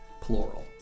plural